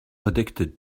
addicted